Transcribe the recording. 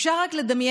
אפשר רק לדמיין